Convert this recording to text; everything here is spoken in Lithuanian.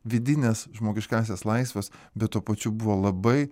vidines žmogiškąsias laisves bet tuo pačiu buvo labai